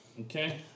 Okay